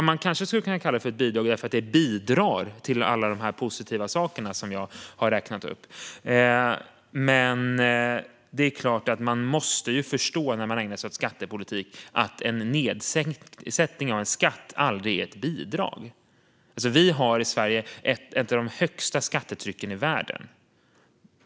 Man kanske skulle kunna kalla det bidrag därför att det bidrar till alla de positiva saker som jag har räknat upp, men man måste ju förstå när man ägnar sig åt skattepolitik att en nedsättning av en skatt aldrig är ett bidrag. Vi har i Sverige ett av de högsta skattetrycken i världen.